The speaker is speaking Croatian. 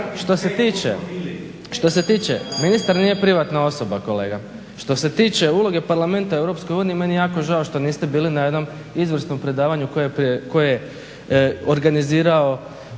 Što se tiče, ministar nije privatna osoba kolega. Što se tiče uloge Parlamenta u Europskoj uniji meni je jako žao što niste bili na jednom izvrsnom predavanju koje je organizirao